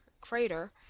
Crater